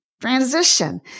transition